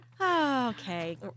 Okay